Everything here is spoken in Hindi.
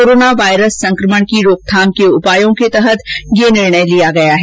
कोरोना वायरस संक्रमण की रोकथाम के उपायों के तहत यह निर्णय लिया गया है